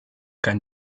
kein